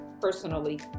personally